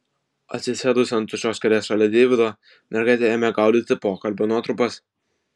atsisėdusi ant tuščios kėdės šalia deivido mergaitė ėmė gaudyti pokalbio nuotrupas